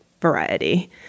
Variety